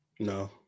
No